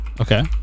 okay